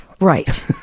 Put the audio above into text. Right